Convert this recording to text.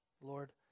Lord